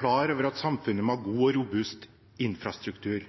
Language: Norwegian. klar over at samfunnet må ha en god og robust infrastruktur,